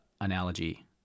analogy